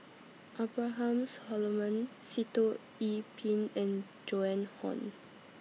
Abraham Solomon Sitoh Yih Pin and Joan Hon